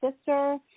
sister